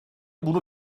bunu